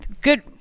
Good